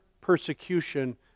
persecution